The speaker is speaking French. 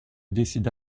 décida